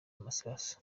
masasu